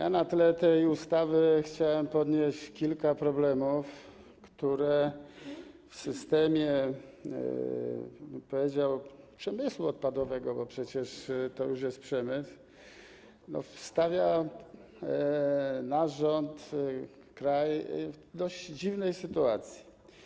W kontekście tej ustawy chciałem podnieść kilka problemów, które w systemie, powiedziałbym, przemysłu odpadowego, bo przecież to już jest przemysł, stawiają nasz rząd, kraj w dość dziwniej sytuacji.